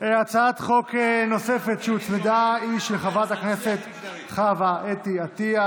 הצעת חוק נוספת שהוצמדה היא של חברת הכנסת חוה אתי עטייה,